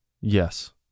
yes